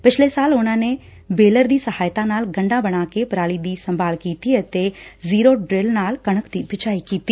ਪਿਛਲੇ ਸਾਲ ਉਨੂਾ ਨੇ ਬੇਲਰ ਦੀ ਸਹਾਇਤ ਨਾਲ ਗੱਠਾਂ ਬਣਾ ਕੇ ਪਰਾਲੀ ਦੀ ਸੰਭਾਲ ਕੀਤੀ ਅਤੇ ਜੀਰੋ ਡਰਿੱਲ ਨਾਲ ਕਣਕ ਦੀ ਬਿਜਾਈ ਕੀਤੀ